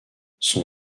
son